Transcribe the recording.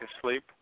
asleep